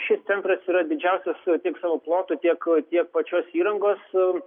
šis centras yra didžiausias tiek savo plotu tiek tiek pačios įrangos ir